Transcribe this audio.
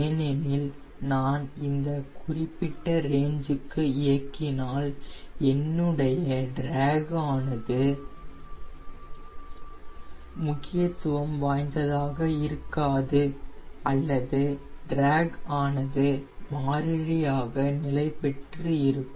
ஏனெனில் நான் இந்த குறிப்பிட்ட ரேஞ்சுக்கு இயக்கினால் என்னுடைய டிராக் ஆனது முக்கியத்துவம் வாய்ந்ததாக இருக்காது அல்லது டிராக் ஆனது மாறிலியாக நிலைபெற்று இருக்கும்